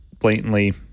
blatantly